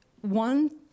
one